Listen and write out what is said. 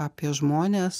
apie žmones